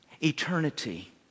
Eternity